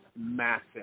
massive